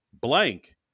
blank